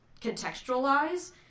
contextualize